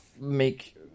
make